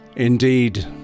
Indeed